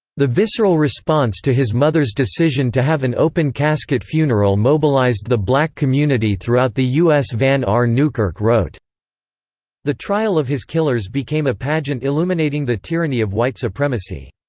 the visceral response to his mother's decision to have an open-casket funeral mobilized the black community throughout the u s. vann r. newkirk wrote the trial of his killers became a pageant illuminating the tyranny of white supremacy.